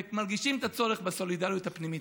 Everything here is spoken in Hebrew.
ומרגישים את הצורך בסולידריות הפנימית.